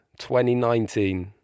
2019